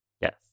Yes